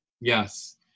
Yes